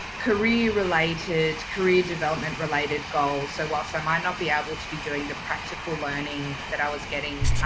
career related career development related goals. so whilst there might not be able to be doing the practical learning that i was getting,